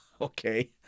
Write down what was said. Okay